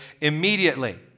immediately